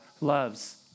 loves